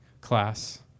class